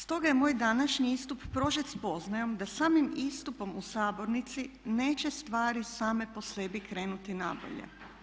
Stoga je moj današnji istup prožet spoznajom da samim istupom u sabornici neće stvari same po sebi krenuti na bolje.